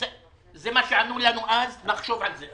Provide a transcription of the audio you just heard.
זה מה שענו לנו אז נחשוב על זה.